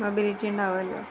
mobility ഉണ്ടാവുമല്ലോ